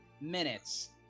minutes